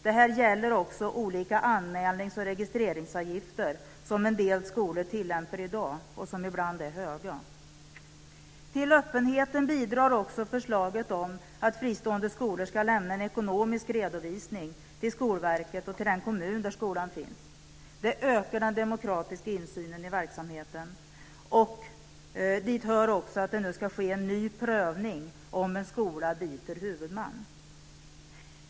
Det här gäller också olika anmälnings och registreringsavgifter som en del skolor i dag tar ut och som ibland är höga. Till öppenheten bidrar också förslaget om att fristående skolor ska lämna en ekonomisk redovisning till Skolverket och till den kommun där skolan finns. Det ökar den demokratiska insynen i verksamheten. Dit hör också att det nu ska ske en ny prövning om en skola byter huvudman.